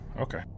okay